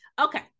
Okay